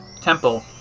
temple